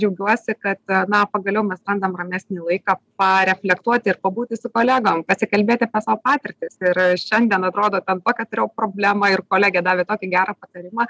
džiaugiuosi kad na pagaliau mes randam ramesnį laiką pareflektuoti ir pabūti su kolegom pasikalbėt apie savo patirtis ir šiandien atrodo ten tokią turėjau problemą ir kolegė davė tokį gerą patarimą